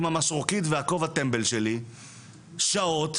עם המשרוקית והכובע טמבל שלי, שעות,